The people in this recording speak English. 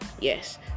yes